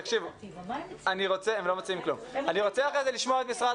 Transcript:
לאחר מכן אני רוצה לשמוע את משרד